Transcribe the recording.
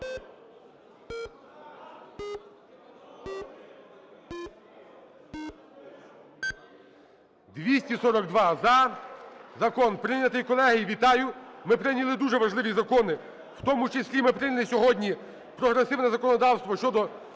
За-242 Закон прийнятий. Колеги, вітаю! Ми прийняли дуже важливі закони, у тому числі ми прийняли сьогодні прогресивне законодавство щодо